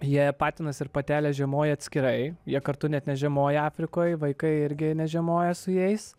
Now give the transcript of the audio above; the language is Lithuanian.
jie patinas ir patelė žiemoja atskirai jie kartu net nežiemoja afrikoj vaikai irgi nežiemoja su jais